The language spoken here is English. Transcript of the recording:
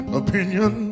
opinion